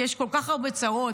כי יש כל כך הרבה צרות,